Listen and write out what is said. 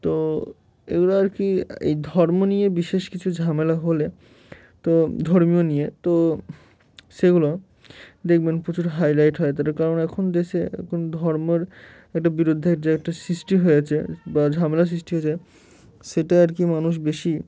তো এগুলো আর কি এই ধর্ম নিয়ে বিশেষ কিছু ঝামেলা হলে তো ধর্মীয় নিয়ে তো সেগুলো দেখবেন প্রচুর হাইলাইট হয় তার কারণ এখন দেশে এখন ধর্মের একটা বিরুদ্ধের যে একটা সৃষ্টি হয়েছে বা ঝামেলা সৃষ্টি হয়েছে সেটা আর কি মানুষ বেশি